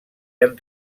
han